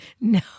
No